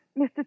Mr